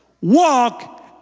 Walk